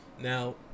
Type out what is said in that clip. now